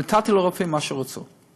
נתתי לרופאים מה שהם רצו.